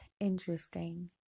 interesting